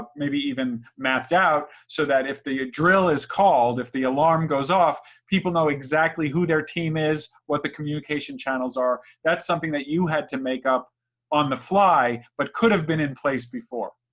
maybe even mapped out, so that if the drill is called, if the alarm goes off, people know exactly who their team is, what the communication channels are. that's something that you had to make up on the fly, but could have been in place before.